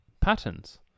patterns